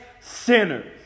sinners